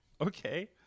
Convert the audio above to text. okay